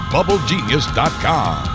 BubbleGenius.com